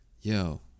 yo